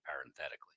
parenthetically